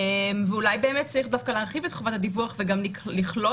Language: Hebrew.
ואולי באמת צריך דווקא להרחיב את חובת הדיווח וגם לכלול